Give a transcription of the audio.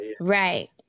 Right